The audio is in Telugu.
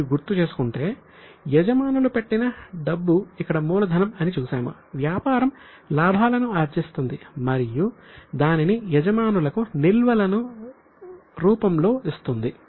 మీరు గుర్తుచేసుకుంటే యజమానులు పెట్టిన డబ్బు ఇక్కడ మూలధనం అని చూశాము వ్యాపారం లాభాలను ఆర్జిస్తుంది మరియు దానిని యజమానులకు నిల్వల రూపంలో ఇస్తుంది